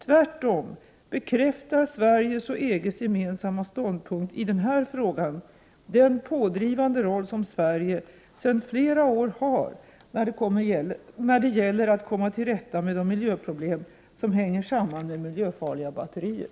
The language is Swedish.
Tvärtom bekräftar Sveriges och EG:s gemensamma ståndpunkt i den här frågan den pådrivande roll som Sverige sedan flera år har när det gäller att komma till rätta med de miljöproblem som hänger samman med miljöfarliga batterier.